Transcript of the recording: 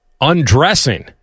undressing